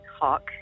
hawk